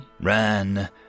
ran